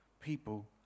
people